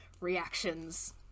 reactions